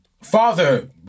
Father